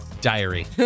Diary